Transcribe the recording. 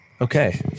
Okay